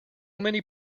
many